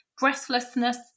Breathlessness